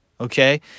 Okay